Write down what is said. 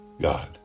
God